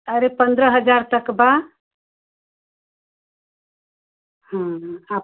हाँ